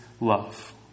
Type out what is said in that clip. love